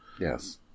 yes